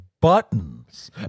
buttons